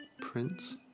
Prince